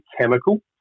chemical